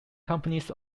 companies